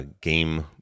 Game